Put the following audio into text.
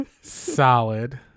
Solid